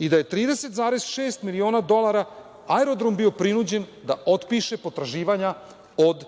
i da je 30,6 miliona dolara aerodrom bio prinuđen da otpiše potraživanja od